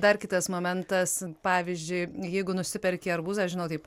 dar kitas momentas pavyzdžiui jeigu nusiperki arbūzą žinau taip